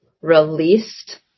released